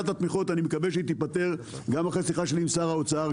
אני מקווה שהיא תיפתר גם אחרי שיחה שלי עם שר האוצר.